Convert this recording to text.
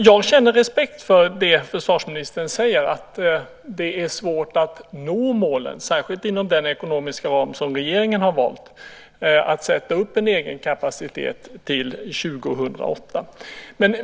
Jag känner respekt för det försvarsministern säger om att det är svårt att nå målet, särskilt inom den ekonomiska ram som regeringen har valt, att sätta upp en egen kapacitet till 2008.